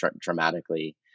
dramatically